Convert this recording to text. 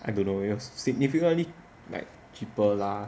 I don't know it was significantly like cheaper lah